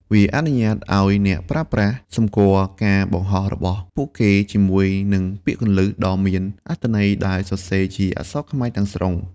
វាអនុញ្ញាតឱ្យអ្នកប្រើប្រាស់សម្គាល់ការបង្ហោះរបស់ពួកគេជាមួយនឹងពាក្យគន្លឹះដ៏មានអត្ថន័យដែលសរសេរជាអក្សរខ្មែរទាំងស្រុង។